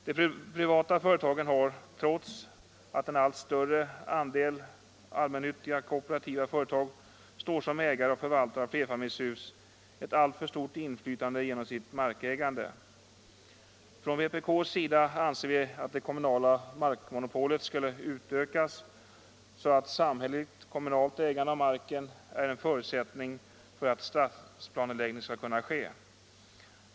De privata företagen har, trots att en allt större andel allmännyttiga och kooperativa företag står som ägare och förvaltare av flerfamiljshus, ett alltför stort inflytande genom sitt markägande. Från vpk:s sida anser vi att det kommunala markmonopolet skall utökas så att samhälleligtkommunalt ägande av marken är en förutsättning för att stadsplaneläggning skall kunna ske.